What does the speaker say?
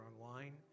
online